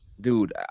Dude